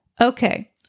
Okay